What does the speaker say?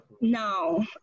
now